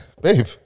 babe